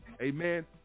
Amen